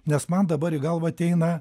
nes man dabar į galvą ateina